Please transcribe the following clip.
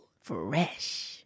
Fresh